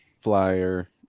flyer